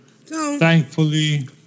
thankfully